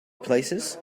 places